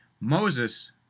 Moses